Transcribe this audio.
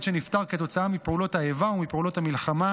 שנפטר כתוצאה מפעולות האיבה או מפעולות המלחמה,